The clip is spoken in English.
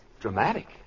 Dramatic